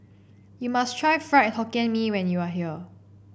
you must try Fried Hokkien Mee when you are here